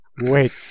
Wait